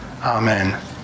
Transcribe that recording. Amen